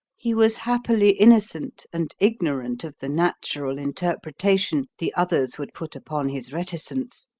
he was happily innocent and ignorant of the natural interpretation the others would put upon his reticence,